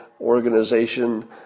organization